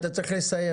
אתה צריך לסיים.